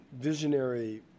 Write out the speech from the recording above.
visionary